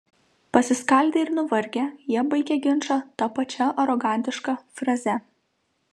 pasiskaldę ir nuvargę jie baigia ginčą ta pačia arogantiška fraze